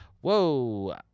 Whoa